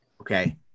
Okay